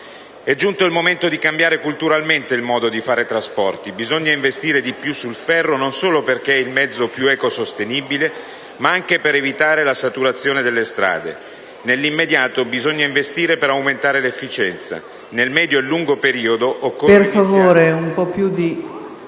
È giunto il momento di cambiare culturalmente il modo di fare trasporti: bisogna investire di più sul ferro, non solo perché è il mezzo più ecosostenibile, ma anche per evitare la saturazione delle strade. Nell'immediato bisogna investire per aumentare l'efficienza; nel medio e lungo periodo occorre iniziare